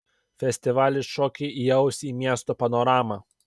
festivalis šokį įaus į miesto panoramą